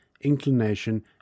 inclination